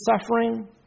suffering